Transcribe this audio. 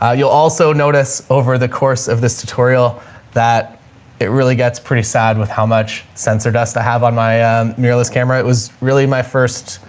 ah you'll also notice over the course of this tutorial that it really gets pretty sad with how much censored us to have on my mirrorless camera. it was really my first